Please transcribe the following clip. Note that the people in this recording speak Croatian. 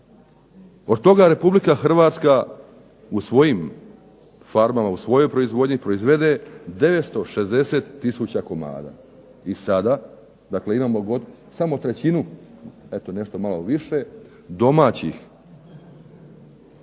Od toga Republika Hrvatska u svojim farmama, u svojoj proizvodnji proizvede 960 tisuća komada. I sada imamo samo trećinu, eto nešto malo